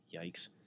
Yikes